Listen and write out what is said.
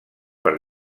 per